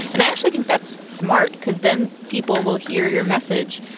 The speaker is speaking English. and i actually think that's smart because then people will hear your message,